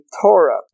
Torah